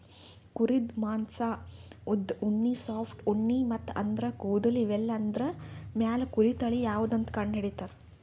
ಕುರಿದ್ ಮಾಂಸಾ ಉದ್ದ್ ಉಣ್ಣಿ ಸಾಫ್ಟ್ ಉಣ್ಣಿ ಮತ್ತ್ ಆದ್ರ ಕೂದಲ್ ಇವೆಲ್ಲಾದ್ರ್ ಮ್ಯಾಲ್ ಕುರಿ ತಳಿ ಯಾವದಂತ್ ಕಂಡಹಿಡಿತರ್